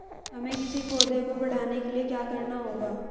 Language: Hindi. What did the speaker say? हमें किसी पौधे को बढ़ाने के लिये क्या करना होगा?